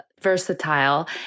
versatile